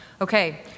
Okay